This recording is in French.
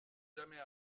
jamais